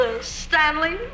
Stanley